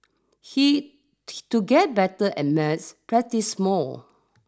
he to get better at maths practise more